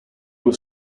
was